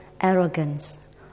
arrogance